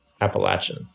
Appalachian